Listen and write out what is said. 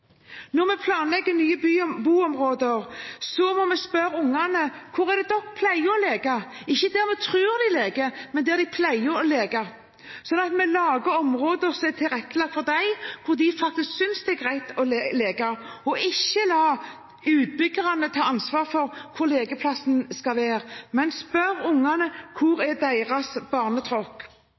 Når vi planlegger nye boområder, må vi spørre barna om hvor de pleier å leke – ikke om hvor vi tror de leker, men om hvor de pleier å leke – sånn at vi lager områder som er tilrettelagt for dem, hvor de synes det er greit å leke, og ikke la utbyggerne ta ansvaret for hvor lekeplassen skal være. Vi må spørre barna: Hvor er deres barnetråkk?